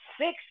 six